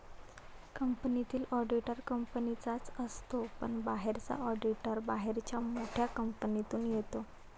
कंपनीतील ऑडिटर कंपनीचाच असतो पण बाहेरचा ऑडिटर बाहेरच्या मोठ्या कंपनीतून येतो